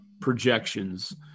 projections